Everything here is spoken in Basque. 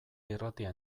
irratia